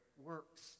works